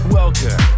welcome